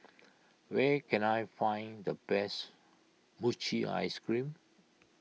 where can I find the best Mochi Ice Cream